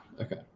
Okay